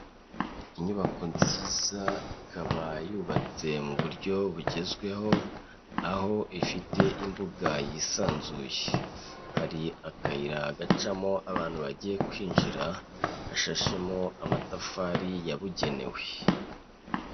Inyubako nziza ikaba yubatse mu buryo bugezweho aho ifite imbuga yisanzuye, hari akayira gacamo abantu bagiye kwinjira gashashemo amatafari yabugenewe.